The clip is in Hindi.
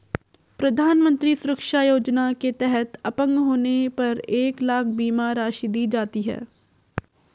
प्रधानमंत्री सुरक्षा योजना के तहत अपंग होने पर एक लाख बीमा राशि दी जाती है